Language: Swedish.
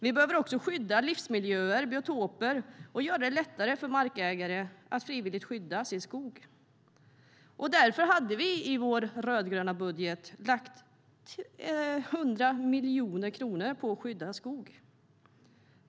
Vi behöver också skydda livsmiljöer, biotoper, och göra det lättare för markägare att frivilligt skydda sin skog. Därför hade vi i vår rödgröna budget lagt 100 miljoner kronor på att skydda skog.